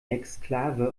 exklave